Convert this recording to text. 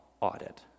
audit